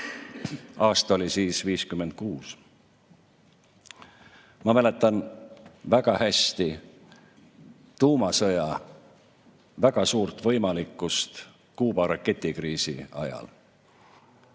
Aasta oli siis 1956. Ma mäletan väga hästi tuumasõja väga suurt võimalikkust Kuuba raketikriisi ajal.